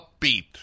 upbeat